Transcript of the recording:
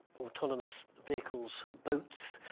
autonomous vehicles, boats,